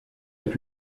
est